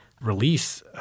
release